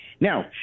Now